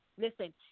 Listen